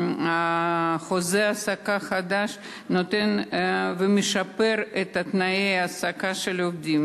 חוזה ההעסקה החדש משפר את תנאי ההעסקה של העובדים.